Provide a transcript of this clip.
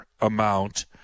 amount